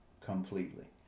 completely